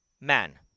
man